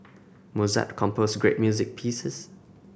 Mozart composed great music pieces